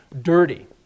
dirty